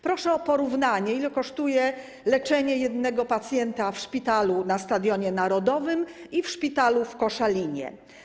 Proszę o porównanie, ile kosztuje leczenie jednego pacjenta w szpitalu na Stadionie Narodowym i w szpitalu w Koszalinie.